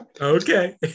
Okay